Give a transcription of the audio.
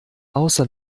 außer